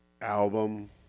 album